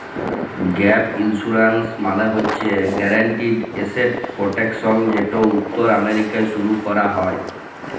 gap insurance মালে হছে guaranteed asset protection যেট উত্তর আমেরিকায় শুরু ক্যরা হ্যয়